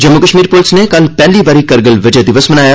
Jammu Kashmir police नै कल पैह्ली बारी कारगिल विजय दिवस मनाया